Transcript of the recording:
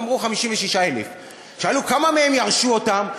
אמרו: 56,000. שאלו: כמה מהם ירשו אותן?